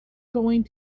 going